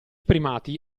primati